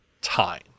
time